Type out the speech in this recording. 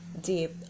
deep